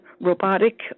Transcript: Robotic